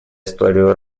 историю